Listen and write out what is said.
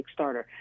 Kickstarter